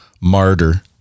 martyr